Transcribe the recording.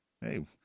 Hey